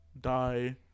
die